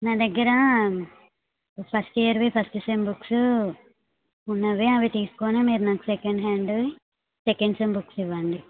నా దగ్గర ఫస్ట్ ఇయర్వి ఫస్ట్ సెమ్ బుక్సు ఉన్నాయి అవి తీసుకుని మీరు నాకు సెకండ్ హ్యాండ్వి సెకండ్ సెమ్ బుక్స్ ఇవ్వండి